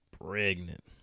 pregnant